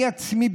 אני עצמי,